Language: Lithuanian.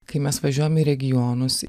kai mes važiuojam į regionus